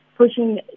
pushing